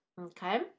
okay